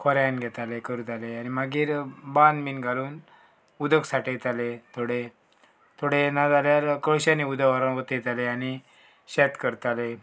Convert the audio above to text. खोऱ्यान घेताले करताले आनी मागीर बांद बीन घालून उदक साठयताले थोडे थोडे ना जाल्यार कळश्यांनी उदक व्हरोन वतयताले आनी शेत करताले